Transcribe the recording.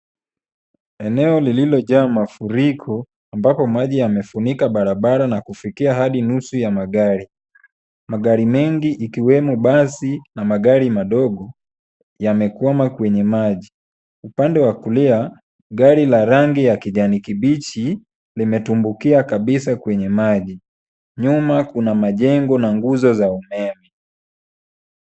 Eneo lililojaa mafuriko ambapo maji yamefunika barabara na kufikia hadi nusu ya magari. Magari mengi ikiwemo basi na magari madogo yamekwama kwenye maji. Upande wa kulia, gari la rangi ya kijani kibichi limetumbukia kabisa kwenye maji. Nyuma kuna majengo na nguzo za umeme.